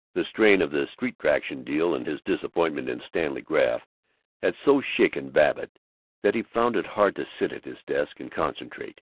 the strain of the street traction deal and his disappointment in stanley graff had so shaken babbitt that he found it hard to sit at his desk and concentrate.